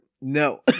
no